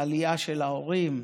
העלייה של ההורים,